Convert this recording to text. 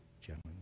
gentlemen